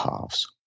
halves